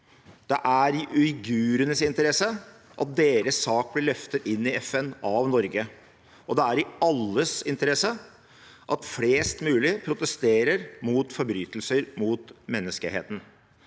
Det er i uigurenes interesse at deres sak blir løftet inn i FN av Norge. Det er i alles interesse at flest mulig protesterer mot forbrytelser mot menneskeheten.